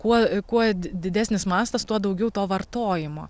kuo kuo didesnis mastas tuo daugiau to vartojimo